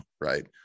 right